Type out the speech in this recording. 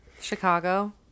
Chicago